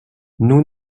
nous